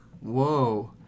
Whoa